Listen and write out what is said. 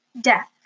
death